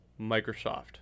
Microsoft